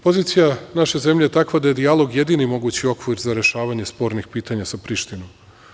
Pozicija naše zemlje je takva da je dijalog jedini mogući okvir za rešavanje spornih pitanja sa Prištinom.